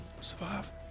Survive